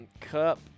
cup